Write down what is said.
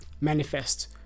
manifest